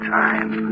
time